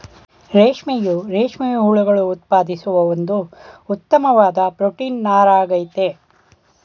ರೇಷ್ಮೆಯು ರೇಷ್ಮೆ ಹುಳುಗಳು ಉತ್ಪಾದಿಸುವ ಒಂದು ಉತ್ತಮ್ವಾದ್ ಪ್ರೊಟೀನ್ ನಾರಾಗಯ್ತೆ